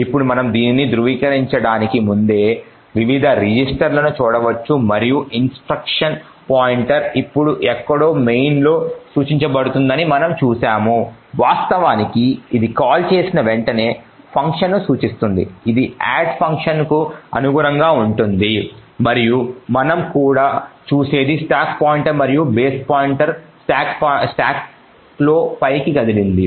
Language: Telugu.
ఇప్పుడు మనము దీనిని ధృవీకరించడానికి ముందే వివిధ రిజిస్టర్లను చూడవచ్చు మరియు ఇన్స్ట్రక్షన్ పాయింటర్ ఇప్పుడు ఎక్కడో మెయిన్లో సూచించబడుతుందని మనము చూశాము వాస్తవానికి ఇది కాల్ చేసిన వెంటనే ఫంక్షన్ను సూచిస్తుంది ఇది యాడ్ ఫంక్షన్కు అనుగుణంగా ఉంటుంది మరియు మనం కూడా చూసేది స్టాక్ పాయింటర్ మరియు బేస్ పాయింటర్ స్టాక్లో పైకి కదిలింది